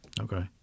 Okay